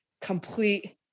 complete